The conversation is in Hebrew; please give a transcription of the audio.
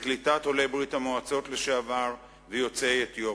בקליטת עולי ברית-המועצות לשעבר ויוצאי אתיופיה.